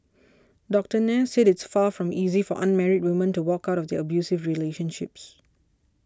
Doctor Nair said it's far from easy for unmarried women to walk out of their abusive relationships